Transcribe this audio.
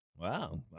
Wow